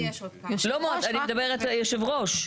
לא, אני מדברת על יושב ראש.